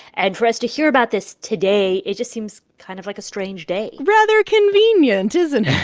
and for us to hear about this today it just seems kind of like a strange day rather convenient, isn't it?